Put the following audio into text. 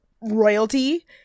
royalty